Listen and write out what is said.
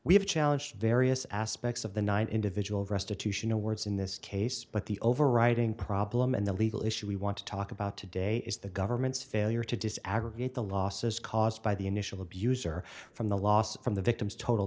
we have challenged various aspects of the nine individual restitution awards in this case but the overriding problem and the legal issue we want to talk about today is the government's failure to decide aggregate the losses caused by the initial abuse or from the losses from the victims total